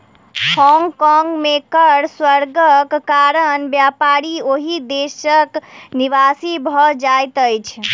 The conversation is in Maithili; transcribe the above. होंग कोंग में कर स्वर्गक कारण व्यापारी ओहि देशक निवासी भ जाइत अछिं